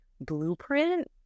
blueprint